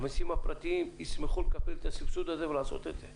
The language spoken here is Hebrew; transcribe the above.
המסיעים הפרטיים ישמחו לקבל את הסבסוד הזה ולעשות את זה.